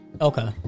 okay